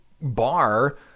Bar